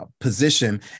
position